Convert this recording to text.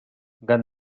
gat